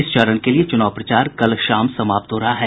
इस चरण के लिए चुनाव प्रचार कल शाम समाप्त हो रहा है